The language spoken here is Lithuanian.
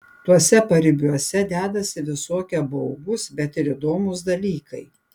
tuose paribiuose dedasi visokie baugūs bet ir įdomūs dalykai